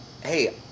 hey